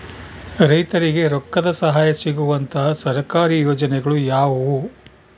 ರೈತರಿಗೆ ರೊಕ್ಕದ ಸಹಾಯ ಸಿಗುವಂತಹ ಸರ್ಕಾರಿ ಯೋಜನೆಗಳು ಯಾವುವು?